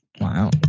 Wow